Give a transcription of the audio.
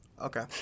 okay